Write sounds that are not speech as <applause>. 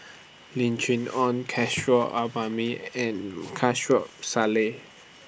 Lim Chee Onn Kishore <unintelligible> and <unintelligible> Salleh